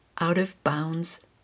out-of-bounds